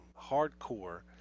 hardcore